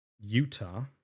utah